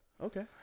Okay